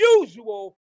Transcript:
usual